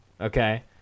okay